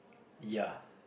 ya